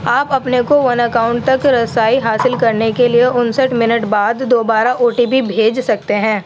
آپ اپنے کو ون اکاؤنٹ تک رسائی حاصل کرنے کے لیے انسٹھ منٹ بعد دوبارہ او ٹی پی بھیج سکتے ہیں